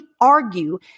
argue